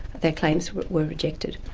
their claims were were rejected.